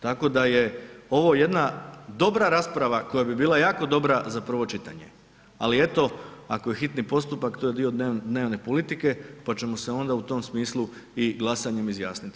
Tako da je ovo jedna dobra rasprava koja bi bila jao dobra za prvo čitanje ali eto, ako je hitni postupak, to je dio dnevne politike pa ćemo se onda u tom smislu i glasanjem izjasniti.